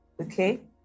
Okay